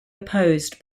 opposed